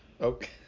Okay